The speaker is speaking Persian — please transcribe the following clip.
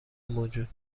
موجود